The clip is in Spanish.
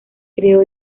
creó